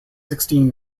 sixteen